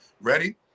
Ready